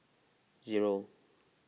zero